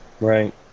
Right